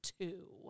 two